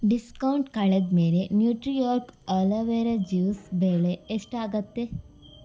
discount ಕಳೆದ ಮೇಲೆ NutriOrg aloe vera juice ಬೆಲೆ ಎಷ್ಟಾಗುತ್ತೆ